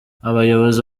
abayobozi